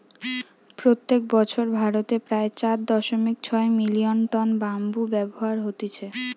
প্রত্যেক বছর ভারতে প্রায় চার দশমিক ছয় মিলিয়ন টন ব্যাম্বু তৈরী হতিছে